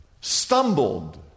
stumbled